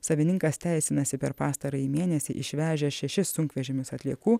savininkas teisinasi per pastarąjį mėnesį išvežęs šešis sunkvežimius atliekų